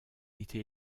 été